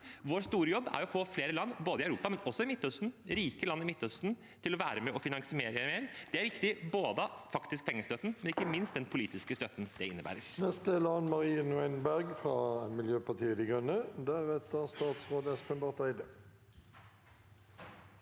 Vår store jobb er å få flere land, både i Europa og i Midtøsten – rike land i Midtøsten – til å være med og finansiere mer. Det er viktig for både den faktiske pengestøtten og ikke minst den politiske støtten det innebærer.